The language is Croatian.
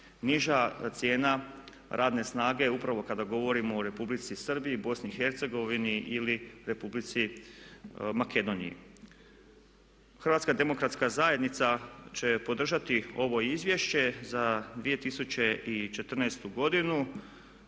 niža cijena radne snage upravo kada govorimo o Republici Srbiji, Bosni i Hercegovini ili Republici Makedoniji. HDZ će podržati ovo izvješće za 2014. godinu